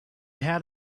had